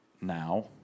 now